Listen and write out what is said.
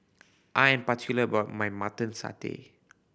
I am particular about my Mutton Satay